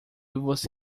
você